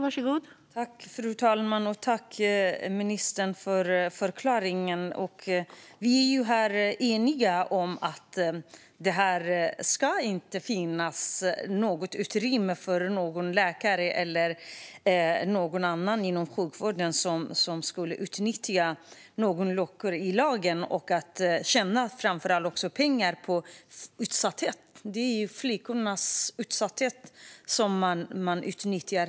Fru talman! Jag tackar ministern för förklaringen. Vi är eniga om att det inte ska finnas något utrymme för någon läkare eller någon annan inom sjukvården att utnyttja luckor i lagen och tjäna pengar på utsatthet. Det är ju flickornas utsatthet man utnyttjar.